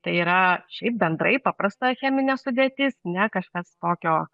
tai yra šiaip bendrai paprasta cheminė sudėtis ne kažkas tokio